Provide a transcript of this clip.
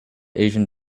asian